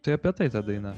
tai apie tai ta daina